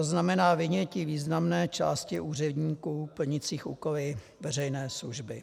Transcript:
Znamená to vynětí významné části úředníků plnících úkoly veřejné služby.